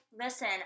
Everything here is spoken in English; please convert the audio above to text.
listen